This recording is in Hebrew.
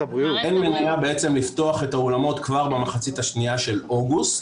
אין מניעה בעצם לפתוח את האולמות כבר במחצית השנייה של אוגוסט,